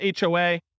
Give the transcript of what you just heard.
HOA